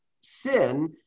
sin